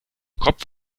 kopf